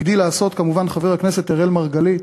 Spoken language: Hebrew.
הגדיל לעשות, כמובן, חבר הכנסת אראל מרגלית,